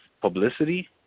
publicity